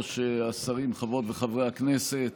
יושב-ראש הכנסת, חברי וחברות כנסת,